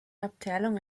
abteilung